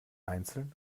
einzeln